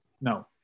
No